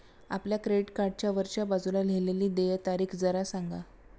आपल्या क्रेडिट कार्डच्या वरच्या बाजूला लिहिलेली देय तारीख जरा सांगा